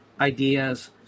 ideas